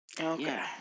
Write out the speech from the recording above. okay